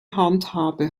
handhabe